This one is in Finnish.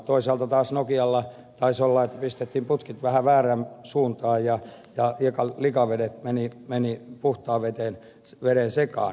toisaalta taas nokialla taisi olla että pistettiin putket vähän väärään suuntaan ja likavedet menivät puhtaan veden sekaan